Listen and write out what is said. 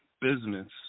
business